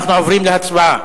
אנחנו עוברים להצבעה.